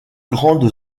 grande